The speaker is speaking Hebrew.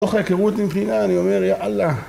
מתוך ההיכרות עם פנינה אני אומר יא אללה